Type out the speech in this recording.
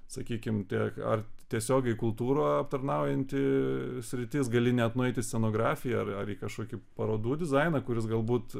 sakykim tiek ar tiesiogiai kultūroje aptarnaujanti sritis gali net nueit į scenografiją ar ar į kažkokį parodų dizainą kuris galbūt